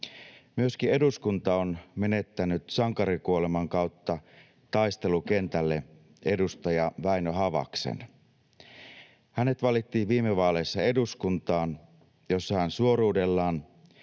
Myöskin eduskunta on menettänyt sankarikuoleman kautta taistelukentällä edustaja Väinö Havaksen. Hänet valittiin viime vaaleissa eduskuntaan, jossa hän suoruudellaan